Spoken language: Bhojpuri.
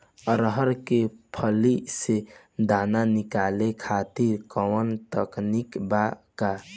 अरहर के फली से दाना निकाले खातिर कवन तकनीक बा का?